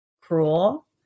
cruel